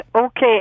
Okay